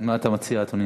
זו התשובה, אדוני?